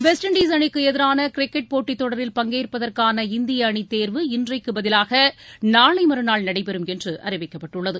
west Indies அணிக்கு எதிரான cricket போட்டித் தொடரில் பங்கேற்பதற்கான இந்திய அணி தேர்வு இன்றைக்குப் பதிவாக நாளை மறுநாள் நடைபெறும் என்று அறிவிக்கப்பட்டுள்ளது